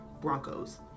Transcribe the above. Broncos